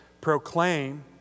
proclaim